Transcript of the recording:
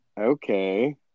okay